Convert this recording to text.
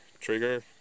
Trigger